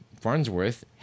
Farnsworth